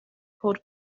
cod